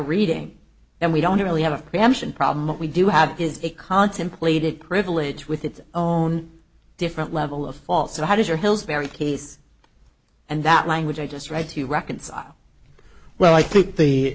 reading and we don't really have a reaction problem what we do have is a contemplated privilege with its own different level of fault so how does your heels vary case and that language i just try to reconcile well i think the